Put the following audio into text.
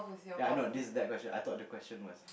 ya I know this that question I thought the question was